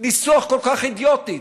ניסוח כל כך אידיוטי.